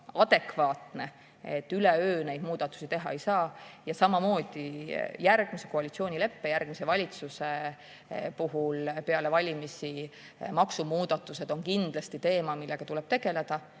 adekvaatne. Üleöö neid muudatusi teha ei saa. Samamoodi järgmise koalitsioonileppe, järgmise valitsuse puhul peale valimisi on maksumuudatused kindlasti teema, millega tuleb tegeleda.